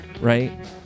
right